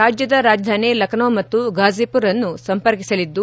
ರಾಜ್ಜದ ರಾಜಧಾನಿ ಲಖನೌ ಮತ್ತು ಘಾಜಿಪುರ್ ಅನ್ನು ಸಂಪರ್ಕಿಸಲಿದ್ದು